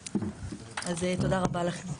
אז תודה רבה לכם.